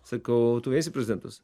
sakau tu eisi į prezidentus